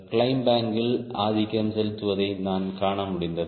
climb angle ஆதிக்கம் செலுத்துவதை நாம் காண முடிந்தது